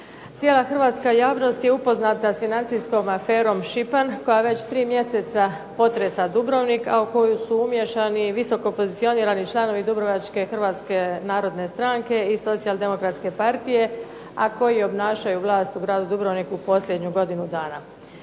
Cijela hrvatska javnost je upoznata s financijskom aferom Šipan koja već tri mjeseca potresa Dubrovnik, a u koju su umiješani i visoko pozicionirani članovi Dubrovačke Hrvatske narodne stranke i Socijaldemokratske partije, a koji obnašaju vlast u Gradu Dubrovniku posljednju godinu dana.